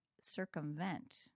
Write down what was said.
circumvent